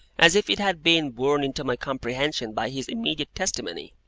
as if it had been borne into my comprehension by his immediate testimony.